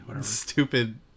stupid